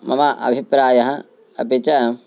मम अभिप्रायः अपि च